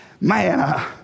Man